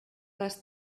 les